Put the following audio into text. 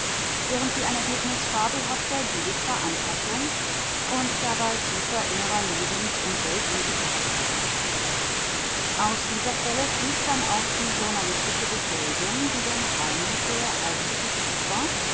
während sie ein ergebnis fabelhafter jüdischer anpassung und dabei tiefer innerer lebens und weltunsicherheit ist aus dieser quelle fließt dann auch die journalistische befähigung wie denn heine der eigentliche schöpfer